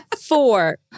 four